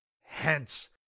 Hence